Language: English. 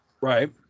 Right